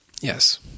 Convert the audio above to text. Yes